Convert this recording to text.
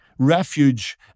refuge